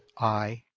i,